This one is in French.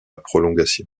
prolongation